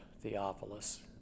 Theophilus